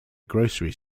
grocery